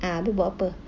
ah dia buat apa